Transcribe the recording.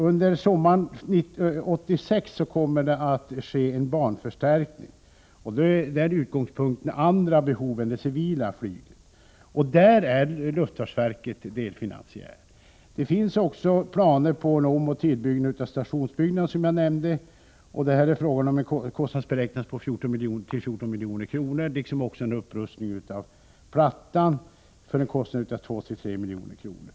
Under sommaren 1986 kommer en banförstärkning att göras. Utgångspunkten är i det sammanhanget andra behov än det civila flygets. Där är luftfartsverket delfinansiär. Som jag nämnde finns det planer på en omoch tillbyggnad av stationsbyggnaden till en beräknad kostnad av 14 milj.kr. liksom på en upprustning av plattan för en kostnad av 2-3 milj.kr.